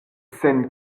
sen